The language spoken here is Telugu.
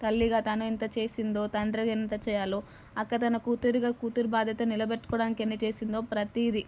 తల్లిగా తను ఎంత చేసిందో తండ్రిగా ఎంత చేయాలో అక్క తన కూతురిగా కూతురి బాధ్యత నిలబెట్టుకోవడానికి ఎన్ని చేసిందో ప్రతీది